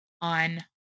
on